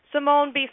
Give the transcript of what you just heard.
Simone